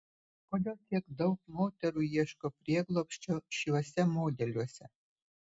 kodėl tiek daug moterų ieško prieglobsčio šiuose modeliuose